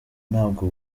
ntabwo